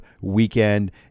weekend